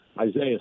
Isaiah